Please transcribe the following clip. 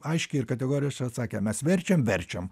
aiškiai ir kategoriškai atsakė mes verčiam verčiam